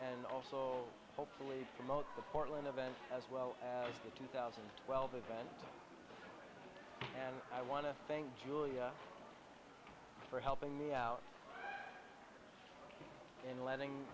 and also hopefully remote the portland event as well as the two thousand and twelve event and i want to thank julia for helping me out in letting